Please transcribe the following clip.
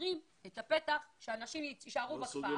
משאירים את הפתח שאנשים יישארו בכפר --- לא סוגרים